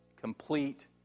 complete